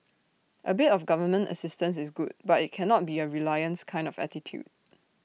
A bit of government assistance is good but IT cannot be A reliance kind of attitude